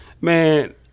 Man